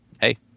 hey